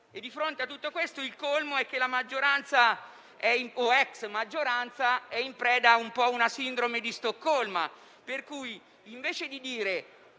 di fronte a tutto questo è che la maggioranza (o ex maggioranza) è in preda a una sindrome di Stoccolma: